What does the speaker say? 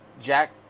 Jack